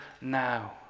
now